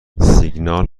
سیگنال